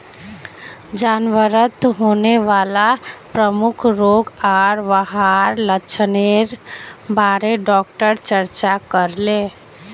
जानवरत होने वाला प्रमुख रोग आर वहार लक्षनेर बारे डॉक्टर चर्चा करले